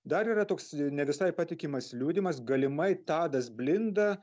dar yra toks ne visai patikimas liudijimas galimai tadas blinda